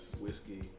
whiskey